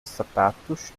sapatos